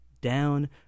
down